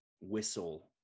whistle